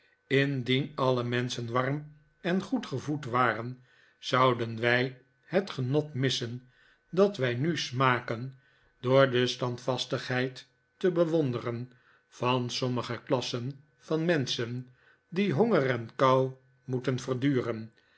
indien alle menschen warm en goed gevoed waren zouden wij het genot missen dat wij nu smaken door de standvastigheid te bewonderen van sommige klassen van menschen die honger en kou moeten verduren